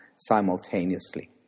simultaneously